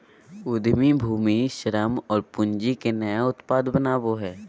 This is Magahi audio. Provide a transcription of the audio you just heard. उद्यमी भूमि, श्रम और पूँजी के नया उत्पाद बनावो हइ